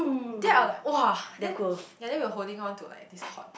then I will like !wah! then and then we were holding on to like this hot